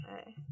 Okay